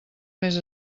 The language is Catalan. més